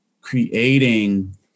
creating